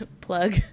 plug